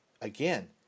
again